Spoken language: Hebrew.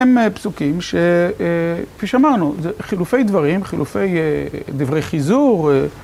הם פסוקים שכפי שמענו חילופי דברים, חילופי דברי חיזור